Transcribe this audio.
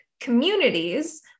communities